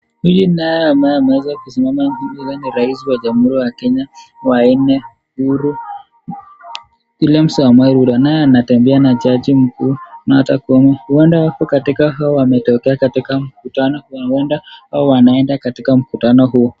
Huyu naye ambaye ameweza kusimama ni rais wa jamuhuri wa Kenya, wa inne, Uhuru, William Samoei Ruto, naye anatembea na jaji mkuu, Martha Koome, huenda wako katika au wametokea katika mkutano wa wanda, au wanaenda katika mkutano huo.